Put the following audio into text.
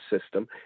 system